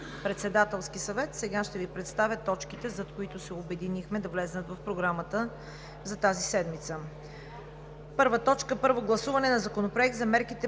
Председателския съвет. Сега ще Ви представя точките, за които се обединихме да влязат в Програмата за тази седмица: „1. Първо гласуване на Законопроекта за мерките